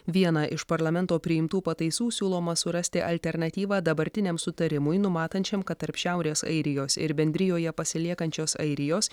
vieną iš parlamento priimtų pataisų siūloma surasti alternatyvą dabartiniam sutarimui numatančiam kad tarp šiaurės airijos ir bendrijoje pasiliekančios airijos